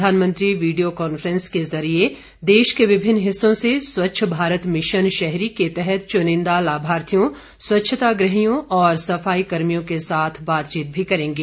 प्रधानमंत्री video conference के जरिए देश के विभिन्न हिस्सों स ेस्वच्छ भारत मिशन शहरी के तहत चुनिंदा लाभार्थियों स्वच्छताग्रहियों और सफाईकर्मियों के साथ बातचीत भी करेंगे